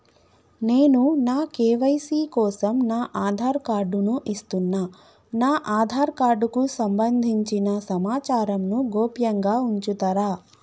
నేను నా కే.వై.సీ కోసం నా ఆధార్ కార్డు ను ఇస్తున్నా నా ఆధార్ కార్డుకు సంబంధించిన సమాచారంను గోప్యంగా ఉంచుతరా?